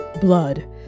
blood